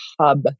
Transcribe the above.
hub